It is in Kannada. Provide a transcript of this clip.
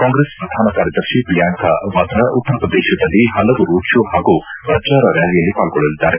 ಕಾಂಗ್ರೆಸ್ ಪ್ರಧಾನಕಾರ್ಯದರ್ಶಿ ಪ್ರಿಯಾಂಕಾ ವಾದ್ರಾ ಉತ್ತರಪ್ರದೇಶದಲ್ಲಿ ಹಲವು ರೋಡ್ ಶೋ ಹಾಗೂ ಪ್ರಚಾರ ರ್ಕಾಲಿಯಲ್ಲಿ ಪಾರ್ಗೊಳ್ಳಲಿದ್ದಾರೆ